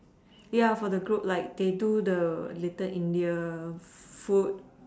ya for the group like they do the Little India food